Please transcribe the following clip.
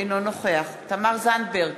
אינו נוכח תמר זנדברג,